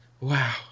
Wow